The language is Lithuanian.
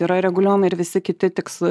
yra reguliuojami ir visi kiti tiks